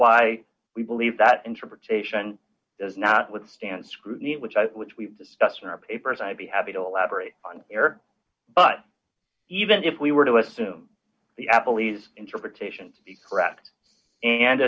why we believe that interpretation is not withstand scrutiny which i which we've discussed in our papers i'd be happy to elaborate on air but even if we were to assume the apple e's interpretation be correct and